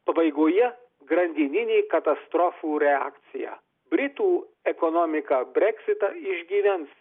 pabaigoje grandininė katastrofų reakcija britų ekonomika breksitą išgyvens